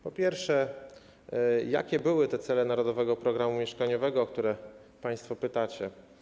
Po pierwsze, jakie były te cele Narodowego Programu Mieszkaniowego, o które państwo pytacie?